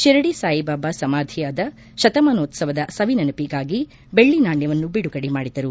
ಶಿರಡಿ ಸಾಯಿ ಬಾಬಾ ಸಮಾಧಿಯಾದ ಶತಮಾನೋತ್ಸವದ ಸವಿನೆನಪಿಗಾಗಿ ಬೆಳ್ಳಿ ನಾಣ್ಯವನ್ನು ಬಿಡುಗಡೆ ಮಾಡಿದರು